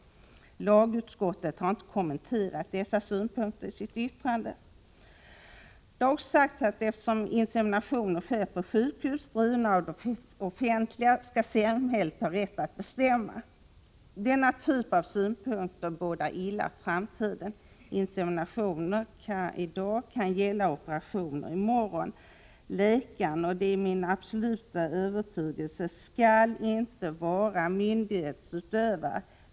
Lagutskottet har inte kommenterat dessa synpunkter i sitt yttrande. Vidare har det sagts att eftersom inseminationer sker på sjukhus drivna av det offentliga har samhället rätt att bestämma. Denna typ av synpunkter bådar illa för framtiden. I dag gäller det inseminationer — i morgon kan det gälla operationer. Läkaren skall — det är min absoluta övertygelse — inte vara myndighetsutövare.